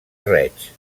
reig